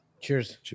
cheers